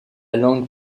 langue